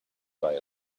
buy